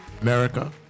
america